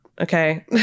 okay